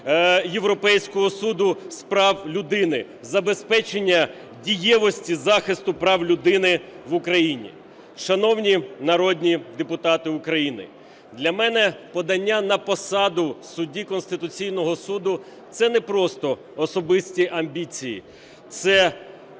Європейського суду з прав людини, забезпечення дієвості захисту прав людини в Україні. Шановні народні депутати України, для мене подання на посаду судді Конституційного Суду – це не просто особисті амбіції. Це